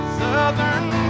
southern